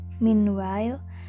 meanwhile